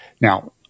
Now